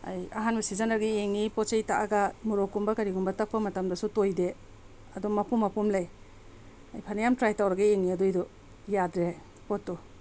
ꯑꯩ ꯑꯍꯥꯟꯕ ꯁꯤꯖꯟꯅꯔꯒ ꯌꯦꯡꯉꯤ ꯄꯣꯠ ꯆꯩ ꯇꯛꯑꯒ ꯃꯣꯔꯣꯛꯀꯨꯝꯕ ꯀꯔꯤꯒꯨꯝꯕ ꯇꯛꯄ ꯃꯇꯝꯗꯁꯨ ꯇꯣꯏꯗꯦ ꯑꯗꯨꯝ ꯃꯄꯨꯝ ꯃꯄꯨꯝ ꯂꯩ ꯑꯩ ꯐꯅꯌꯥꯝ ꯇ꯭ꯔꯥꯏ ꯇꯧꯔꯒ ꯌꯦꯡꯉꯤ ꯑꯗꯨꯏꯗꯨ ꯌꯥꯗ꯭ꯔꯦ ꯄꯣꯠꯇꯨ